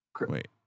Wait